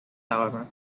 however